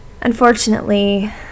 unfortunately